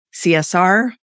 CSR